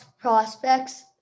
prospects